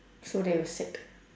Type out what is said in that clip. so they will set